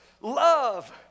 love